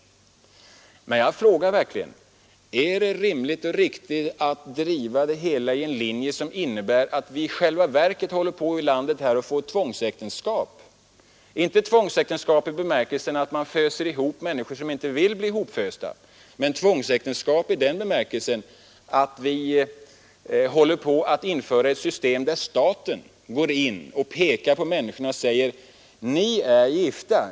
Men jag frågar verkligen: Är det rimligt och riktigt att driva en linje som innebär, att vi i själva verket i vårt land håller på att få tvångsäktenskap — visserligen inte i den bemärkelsen att man föser ihop människor som inte vill leva tillsammans men i den bemärkelsen att vi håller på att införa ett system, där staten pekar på människorna och säger: Ni är gifta.